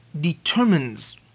determines